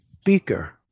speaker